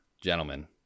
gentlemen